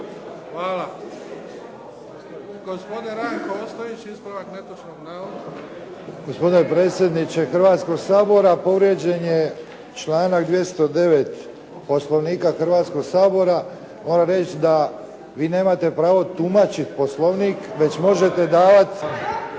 Hvala. Gospodin Ranko Ostojić, ispravak netočnog navoda. **Ostojić, Ranko (SDP)** Gospodine predsjedniče Hrvatskog sabora, povrijeđen je članak 209. Poslovnika Hrvatskog sabora. Moram reći da vi nemate pravo tumačiti Poslovnik, već možete davati